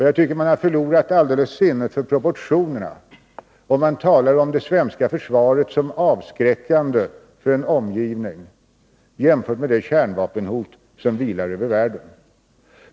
Jag tycker att man helt har förlorat sinnet för proportioner om man talar om det svenska försvaret som avskräckande för en omgivning, jämfört med det kärnvapenhot som vilar över världen.